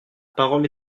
parole